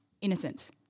innocence